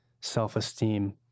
self-esteem